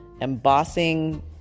embossing